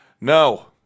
no